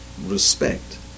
respect